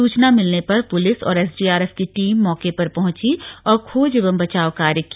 सुचना मिलने पर पुलिस और एसडीआरएफ की टीम मौके पर पहुंची और खोज एवं बचाव कार्य किया